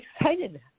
excited